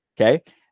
okay